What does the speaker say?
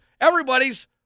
Everybody's